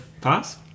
pass